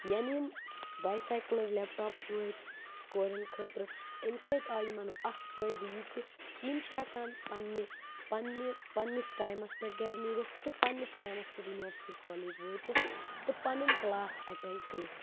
یعنی یِم bicycles laptops وٲتۍ کورٮ۪ن خٲطرٕ امہِ سۭتۍ آے یِمن اَکھ فٲیدٕ یہِ تہِ کہِ یِم چھِ ہٮ۪کان پنٛنہِ پنٛنہِ پنٛنِس ٹایمس پٮ۪ٹھ گَرِ نیٖرِتھ تہٕ پنٛنِس ٹایمس پٮ۪ٹھ یونیورسٹی کالج وٲتِتھ تہٕ پنُن کٕلاس اٮ۪ٹیٚنڈ کٔرِتھ